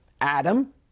Adam